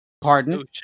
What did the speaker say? Pardon